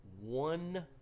one